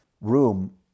room